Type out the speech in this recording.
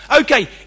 Okay